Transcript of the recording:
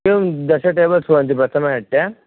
किं दश टेबल्स् भवन्ति प्रथमे अट्टे